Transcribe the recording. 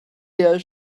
der